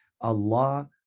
Allah